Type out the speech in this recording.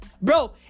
Bro